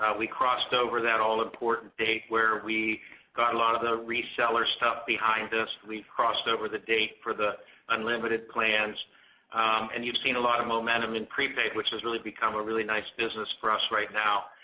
ah we crossed over that all important date where we got a lot of the reseller stuff behind us and we've crossed over the date for the unlimited plans and you've seen a lot of momentum in pre-paid which has really become a really nice business for us right now.